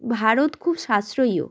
ভারত খুব সাশ্রয়ীও